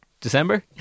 December